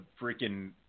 freaking